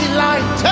light